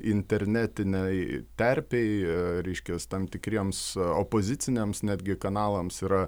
internetinei terpei reiškias tam tikriems opoziciniams netgi kanalams yra